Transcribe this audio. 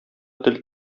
тел